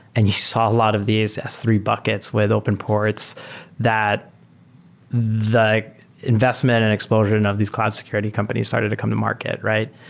and you saw a lot of these s three buckets with open ports that like investment and explosion of these cloud security companies started to come to market, right?